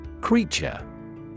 Creature